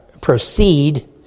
proceed